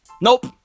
Nope